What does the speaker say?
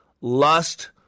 lust